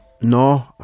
No